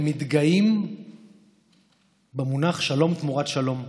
ומתגאים במונח "שלום תמורת שלום".